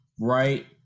Right